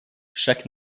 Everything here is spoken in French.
chaque